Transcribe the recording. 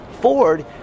Ford